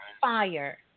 fire